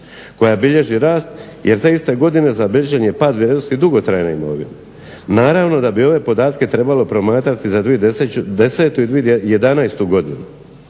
koja bilježi rast jer te iste godine zabilježen je pad vrijednosti dugotrajne imovine. Naravno da bi ove podatke trebalo promatrati za 2010. i 2011. godinu.